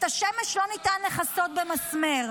את השמש לא ניתן לכסות במסננת.